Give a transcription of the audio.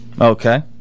Okay